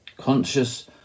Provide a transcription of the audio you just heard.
Conscious